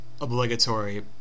obligatory